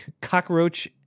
cockroach